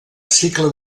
cicle